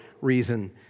reason